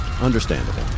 Understandable